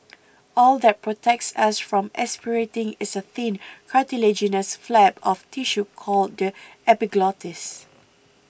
all that protects us from aspirating is a thin cartilaginous flap of tissue called the epiglottis